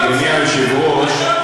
אדוני היושב-ראש,